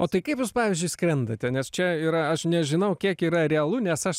o tai kaip jūs pavyzdžiui skrendate nes čia yra aš nežinau kiek yra realu nes aš